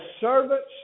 servants